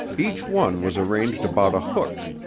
each one was arranged about a hook.